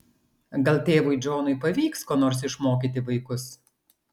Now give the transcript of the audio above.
gal tėvui džonui pavyks ko nors išmokyti vaikus